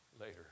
later